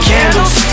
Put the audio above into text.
Candles